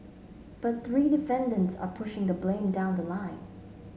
but three defendants are pushing the blame down the line